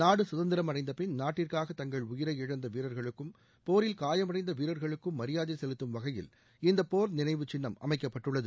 நாடு சுதந்திரம் அடைந்தபின் நாட்டுக்காக தங்கள் உயிரை இழந்த வீரர்களுக்கும் போரில் காயமடைந்த வீரர்களுக்கும் மரியாதை செலுத்தும் வகையில் இந்த போா் நினைவு சின்னம் அமைக்கப்பட்டுள்ளது